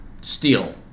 Steel